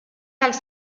dels